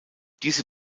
diese